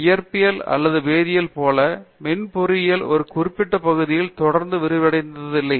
இயற்பியல் அல்லது வேதியியல் போல மின் பொறியியல் ஒரு குறிப்பிட்ட பகுதியில் தொடர்ந்து விரிவடைந்து இல்லை